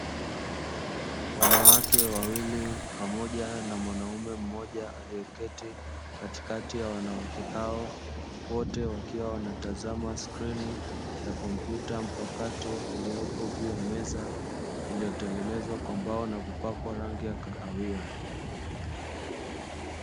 Wanawake wawili pamoja na mwanaume mmoja aliyeketi katikati ya wanawake hao, wote wakiwa wanatazama skrini ya kompyuta mpakato iliyopo juu ya meza, iliyotengenezwa kwa mbao na kupakwa rangi ya kahawia.